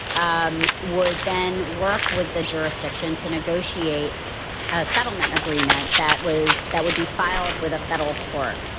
um would then work with the jurisdiction to negotiate a settlement agreement that was that would be filed with a federal court.